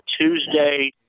Tuesday